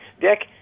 Dick